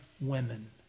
women